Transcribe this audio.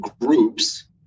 groups